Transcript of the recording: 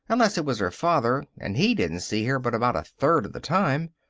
unless it was her father, and he didn't see her but about a third of the time.